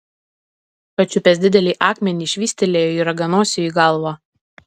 pačiupęs didelį akmenį švystelėjo jį raganosiui į galvą